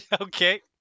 okay